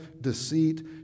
deceit